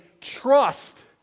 trust